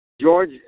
George